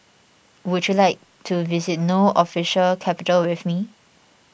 would you like to visit No Official Capital with me